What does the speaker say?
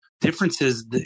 differences